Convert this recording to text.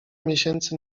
miesięcy